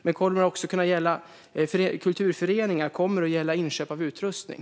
Men kommer det också att kunna gälla kulturföreningar? Kommer det att gälla inköp av utrustning?